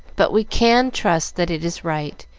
but we can trust that it is right,